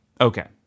Okay